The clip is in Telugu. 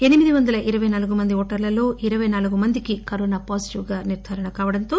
ఎనిమిది వందల ఇరవై నాలుగు మంది ఓటర్లలో ఇరవై నాలుగు మందికి కరోనా పాజిటివ్గా నిర్దారణైంది